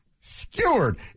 skewered